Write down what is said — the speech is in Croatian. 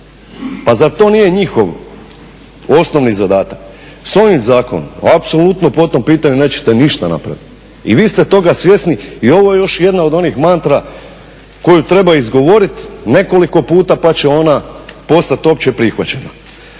pa zar to nije njihov osnovni zadatak? S ovim zakonom apsolutno po tom pitanju nećete ništa napraviti i vi ste toga svjesni i ovo je još jedna od onih mantra koju treba izgovoriti nekoliko puta pa će ona postati opće prihvaćena.